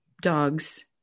dogs